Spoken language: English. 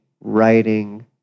writing